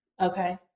Okay